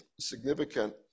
significant